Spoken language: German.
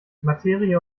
materie